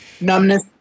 numbness